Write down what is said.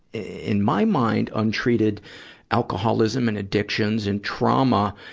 in my mind, untreated alcoholism and addictions and trauma,